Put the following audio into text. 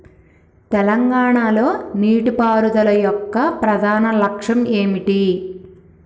తెలంగాణ లో నీటిపారుదల యొక్క ప్రధాన లక్ష్యం ఏమిటి?